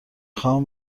خواهم